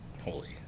holy